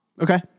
Okay